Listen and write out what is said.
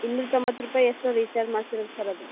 ಇನ್ನೂರ ತೊಂಬತ್ತು ರೂಪಾಯಿ ಎಷ್ಟೋ ರೀಚಾರ್ಜ್ ಮಾಡ್ಸಿರೋದು ಸರ್ ಅದು